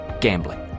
gambling